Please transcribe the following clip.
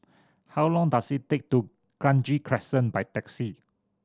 how long does it take to Kranji Crescent by taxi